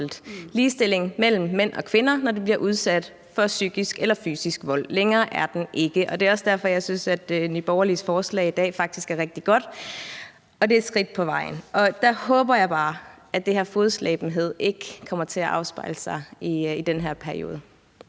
ligestilling mellem mænd og kvinder, når de bliver udsat for psykisk eller fysisk vold. Længere er den ikke, og det er også derfor, jeg synes, at Nye Borgerliges forslag i dag faktisk er rigtig godt, og at det er et skridt på vejen. Der håber jeg bare, at det her fodslæberi ikke kommer til at afspejle sig i den her valgperiode.